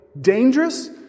Dangerous